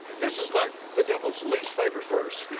this is like the devil's least favorite verse.